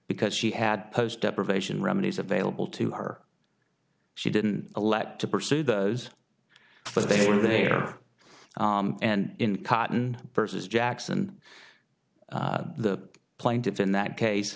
because she had posed depravation remedies available to our she didn't elect to pursue those but they were there and in cotton versus jackson the plaintiffs in that case